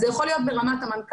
אז הם זה יכול להיות ברמת המנכ"ל,